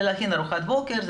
זה להכין ארוחת בוקר,